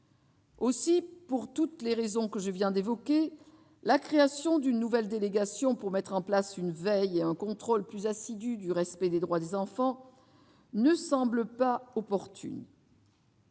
Aussi, pour toutes les raisons que je viens d'évoquer, la création d'une nouvelle délégation pour mettre en place une veille et un contrôle plus assidus du respect des droits des enfants ne semble pas opportune.